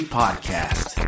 podcast